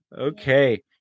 Okay